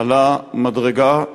עלה מדרגה,